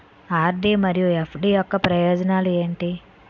RD మరియు FD యొక్క ప్రయోజనాలు ఏంటి?